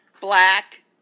black